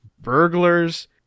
burglars